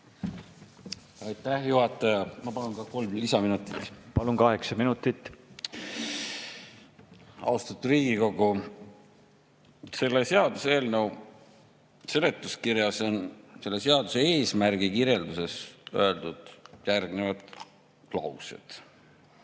Aitäh, juhataja! Ma palun ka kolm lisaminutit. Palun, kaheksa minutit! Austatud Riigikogu! Selle seaduseelnõu seletuskirjas on selle seaduse eesmärgi kirjelduses öeldud järgmist: "Peamine